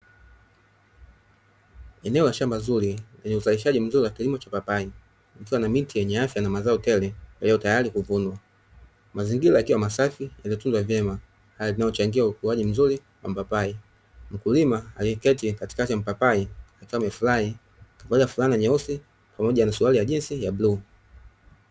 Eneo la shamba zuri lenye uzalishaji mzuri wa kilimo cha papai, ikiwa na miti yenye afya na mazao tele yaliyotayari kuvunwa. Mazingira yakiwa masafi yaliyo tunzwa vyema hali inayochangia ukuwaji mzuri wa mapapai. Mkulima aliyeketi katika ya mpapai akiwa amefurahi, amevaa fulana nyeusi pamoja na suruali ya jinzi ya bluu.